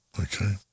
Okay